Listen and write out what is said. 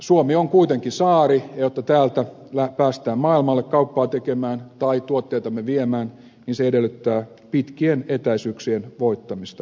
suomi on kuitenkin saari ja jotta täältä päästään maailmalle kauppaa tekemään tai tuotteitamme viemään niin se edellyttää pitkien etäisyyksien voittamista